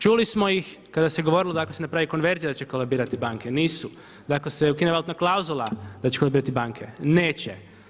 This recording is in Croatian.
Čuli smo ih kada se govorilo da ako se napravi konverzija da će kolabirati banke, nisu, da ako se ukine valutna klauzula da će kolabirati banke, neće.